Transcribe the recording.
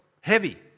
heavy